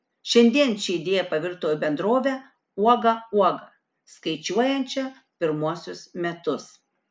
šiandien ši idėja pavirto į bendrovę uoga uoga skaičiuojančią pirmuosius metus